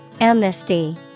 Amnesty